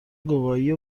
گواهی